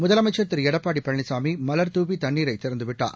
முதலமைச்சர் திருளடப்பாடிபழனிசாமி மலர்துவிதண்ணீரைதிறந்துவிட்டார்